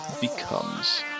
becomes